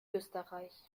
österreich